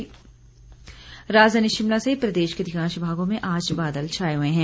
मौसम राजधानी शिमला सहित प्रदेश के अधिकांश भागों में आज बादल छाए हुए हैं